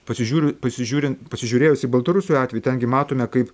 pasižiūri pasižiūrint pasižiūrėjus į baltarusių atvejį ten gi matome kaip